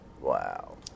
Wow